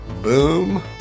Boom